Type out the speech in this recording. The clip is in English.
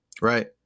right